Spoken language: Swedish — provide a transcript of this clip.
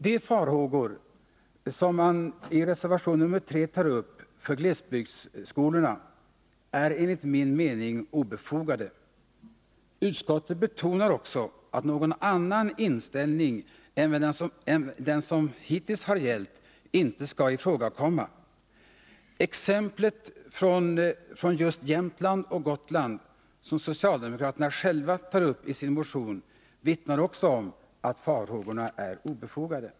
De farhågor som man i reservationen 3 tar upp för glesbygdsskolorna är enligt min mening obefogade. Utskottet betonar också att någon annan inställning än den som hittills har gällt inte skall ifrågakomma. Exemplen från just Jämtland och Gotland, som socialdemokraterna själva tar upp i sin motion, vittnar också om att farhågorna är obefogade.